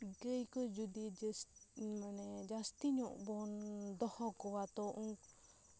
ᱜᱟᱹᱭ ᱠᱚ ᱡᱚᱫᱤ ᱡᱟᱹᱥᱛᱤ ᱢᱟᱱᱮ ᱧᱚᱜ ᱵᱚᱱ ᱫᱚᱦᱚ ᱠᱚᱣᱟ ᱛᱚ ᱩᱱ